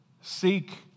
seek